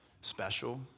special